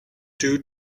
due